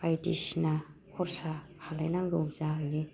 बायदिसिना खरसा खालामनांगौ जाहैयो